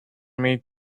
made